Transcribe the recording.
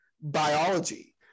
biology